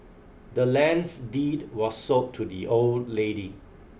the land's deed was sold to the old lady